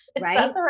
right